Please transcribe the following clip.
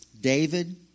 David